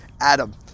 Adam